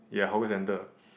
ya hawker centre